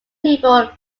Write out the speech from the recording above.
people